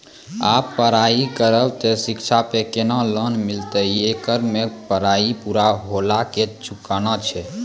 आप पराई करेव ते शिक्षा पे केना लोन मिलते येकर मे पराई पुरा होला के चुकाना छै?